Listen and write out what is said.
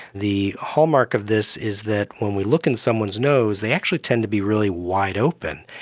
the hallmark of this is that when we look in someone's nose they actually tend to be really wide open.